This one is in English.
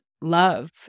love